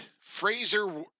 Fraser